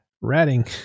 ratting